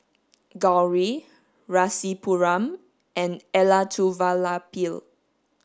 Gauri Rasipuram and Elattuvalapil